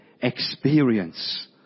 experience